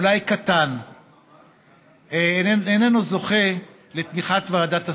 אולי קטן, איננו זוכה לתמיכת ועדת השרים.